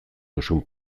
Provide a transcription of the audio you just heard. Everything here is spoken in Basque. duzun